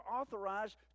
authorized